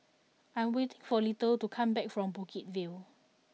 I am waiting for Little to come back from Bukit View